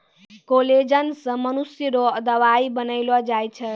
collagen से मनुष्य रो दवाई बनैलो जाय छै